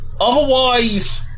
otherwise